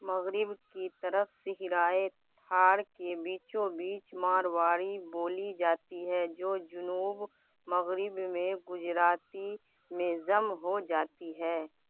مغرب کی طرف صحرائے تھار کے بیچوں بیچ مارواڑی بولی جاتی ہے جو جنوب مغرب میں گجراتی میں ضم ہو جاتی ہے